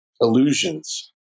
illusions